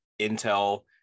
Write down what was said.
intel